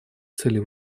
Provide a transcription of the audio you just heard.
целей